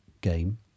game